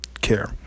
care